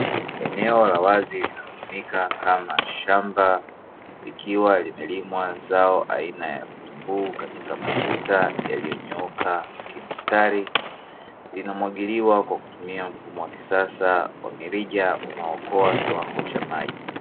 Eneo la wazi linalotumika kama shamba likiwa limelimwa zao aina ya vitunguu katika matuta yaliyonyooka kimstari. Linamwagiliwa kwa kutumia mfumo wa kisasa wa mirija unaookoa kiwango cha maji.